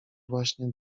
właśnie